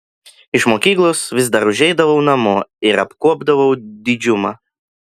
iš mokyklos vis dar užeidavau namo ir apkuopdavau didžiumą